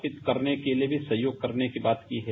पित करने के लिए भी सहयोग करने की बात की है